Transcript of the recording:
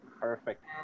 Perfect